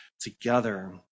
together